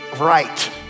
right